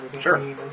sure